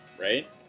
right